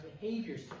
behaviors